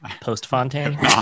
Post-Fontaine